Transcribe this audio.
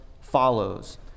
follows